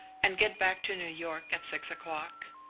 and get back to new york at six o'clock.